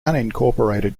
unincorporated